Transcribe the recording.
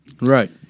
Right